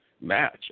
match